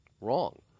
Wrong